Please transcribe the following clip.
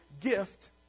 gift